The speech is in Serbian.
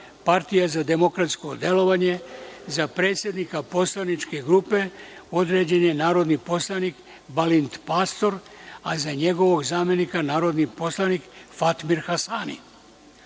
Partija za demokratsko delovanje – za predsednika poslaničke grupe određen je narodni poslanik Balint Pastor, a za njegovog zamenika narodni poslanik Fatmir Hasani;